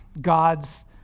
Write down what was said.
God's